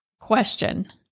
Question